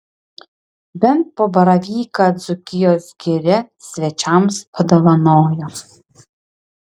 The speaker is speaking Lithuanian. bent po baravyką dzūkijos giria svečiams padovanojo